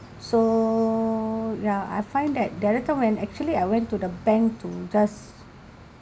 so ya I find that they recommend actually I went to the bank to just